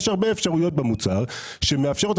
יש הרבה אפשרויות במוצר, שמאפשר.